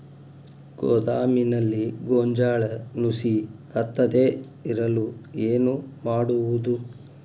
ಗೋದಾಮಿನಲ್ಲಿ ಗೋಂಜಾಳ ನುಸಿ ಹತ್ತದೇ ಇರಲು ಏನು ಮಾಡುವುದು?